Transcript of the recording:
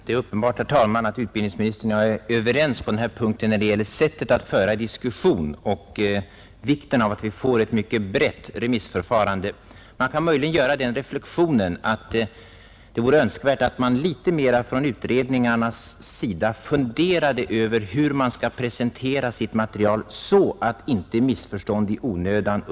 Herr talman! Det är uppenbart att utbildningsministern och jag är överens om värdet av att föra en öppen diskussion och vikten av att det blir ett mycket brett remissförfarande. Man kan möjligen göra den reflexionen att det vore önskvärt att utredningarna litet mera funderade över hur de bör presentera sitt material så att det inte uppstår missförstånd i onödan.